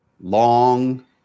long